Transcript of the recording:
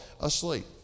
asleep